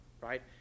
Right